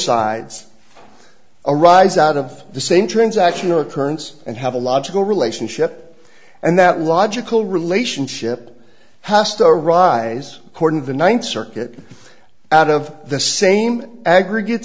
sides arise out of the same transaction occurrence and have a logical relationship and that logical relationship has to arise according to the ninth circuit out of the same aggregate